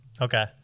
Okay